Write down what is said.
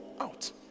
out